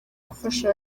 gufasha